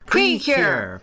Precure